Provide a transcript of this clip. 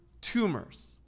tumors